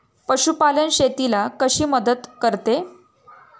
पशुपालन शेतीला कशी मदत करते?